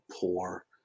poor